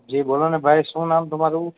જી બોલોને ભાઈ શું નામ તમારું